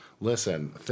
Listen